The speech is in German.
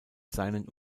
seinen